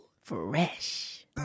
Fresh